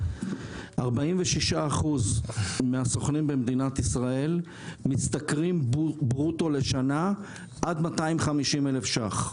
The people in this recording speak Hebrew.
46% מהסוכנים במדינת ישראל משתכרים ברוטו לשנה עד 250,000 ₪.